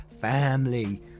family